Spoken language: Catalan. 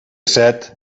set